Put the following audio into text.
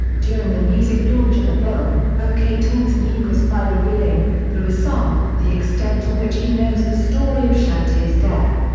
during the music launch of the film, o k. taunts mukesh by revealing, through a song, the extent to which he knows the story of shanti's death.